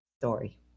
story